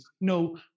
no